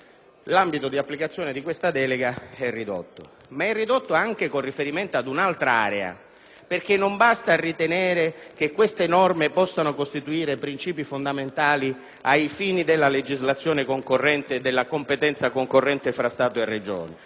L'ambito di applicazione di questa delega, invece, è ridotto. Ma è ridotto anche con riferimento ad un'altra area, perché non basta ritenere che queste norme possano costituire principi fondamentali ai fini della legislazione concorrente, della competenza concorrente tra Stato e Regioni.